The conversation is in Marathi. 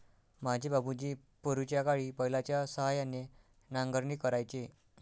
माझे बाबूजी पूर्वीच्याकाळी बैलाच्या सहाय्याने नांगरणी करायचे